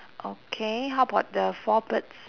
okay how about the four birds